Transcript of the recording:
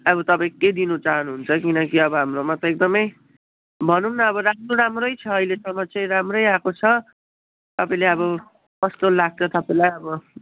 अब तपाईँ के दिनु चाहनुहुन्छ किनकि अब हाम्रोमा त एकदमै भनौँ न अब राम्रो राम्रै छ अहिलेसम्म चाहिँ राम्रै आएको छ तपाईँले अब कस्तो लाग्छ तपाईँलाई अब